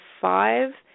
five